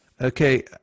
Okay